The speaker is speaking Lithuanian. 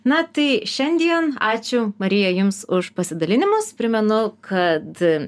na tai šiandien ačiū marija jums už pasidalinimus primenu kad